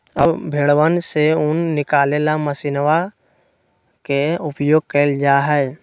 अब भेंड़वन से ऊन निकाले ला मशीनवा के उपयोग कइल जाहई